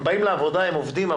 הם באים לעבודה, הם עובדים.